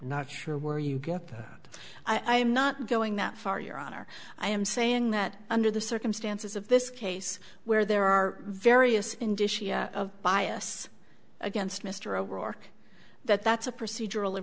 not sure where you get that i am not going that far your honor i am saying that under the circumstances of this case where there are various indicia of bias against mr o'rourke that that's a procedur